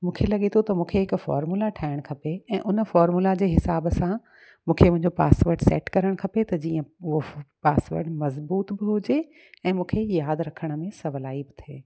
मूंखे लॻे थो त मूंखे हिकु फॉर्मूला ठाहिणु खपे ऐं उन फॉर्मूला जे हिसाब सां मूंखे मुंहिंजो पासवर्ड सेट करणु खपे त जीअं उहो पासवर्ड मज़बूत बि हुजे ऐं मूंखे यादि रखण में सहुलाई थिए